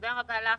תודה רבה לך,